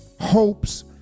hopes